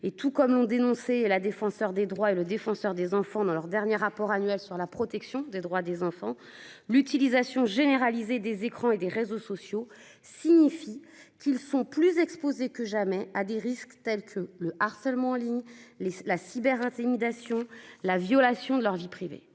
Tout comme l'ont dénoncé la Défenseure des droits et le Défenseur des enfants dans leur dernier rapport annuel sur la protection des droits des enfants, l'utilisation généralisée des écrans et des réseaux sociaux signifie que les enfants sont plus exposés que jamais à des risques tels que le harcèlement en ligne, la cyberintimidation et la violation de leur vie privée.